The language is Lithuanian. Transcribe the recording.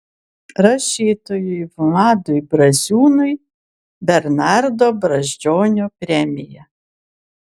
rašytojui vladui braziūnui bernardo brazdžionio premija